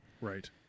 Right